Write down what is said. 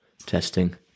Testing